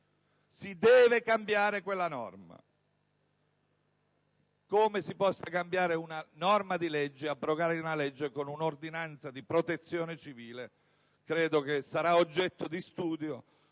Si deve cambiare quella norma. Come si possa cambiare o abrogare una norma di legge con un'ordinanza di Protezione civile credo sarà oggetto di studio